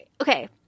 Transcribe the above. Okay